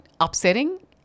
upsetting